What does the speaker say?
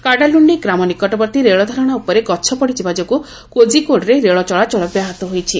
କାଡାଳୁଣ୍ଡି ଗ୍ରାମ ନିକଟବର୍ତ୍ତୀ ରେଳଧାରଣା ଉପରେ ଗଛ ପଡ଼ିଯିବା ଯୋଗୁଁ କୋଝିକୋଡରେ ରେଳ ଚଳାଚଳ ବ୍ୟାହତ ହୋଇଛି